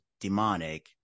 demonic